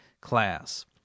class